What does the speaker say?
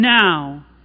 now